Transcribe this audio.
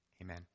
amen